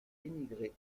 émigrer